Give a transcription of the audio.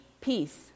peace